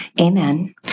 Amen